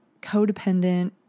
codependent